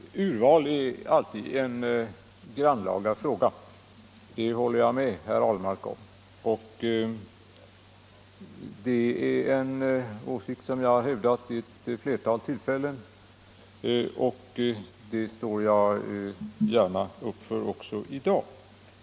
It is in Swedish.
Herr talman! Urval är alltid en grannlaga fråga, det håller jag med herr Ahlmark om. Det är en åsikt som jag har hävdat vid ett flertal tillfällen, och den står jag gärna för också i dag.